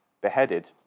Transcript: beheaded